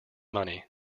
money